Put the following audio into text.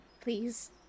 please